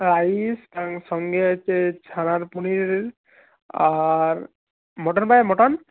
rice তার সঙ্গে হচ্ছে ছানার পনির আর মাটন পাওয়া যাবে মাটন